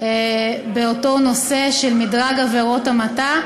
באותו נושא של מדרג עבירות המתה.